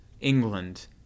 England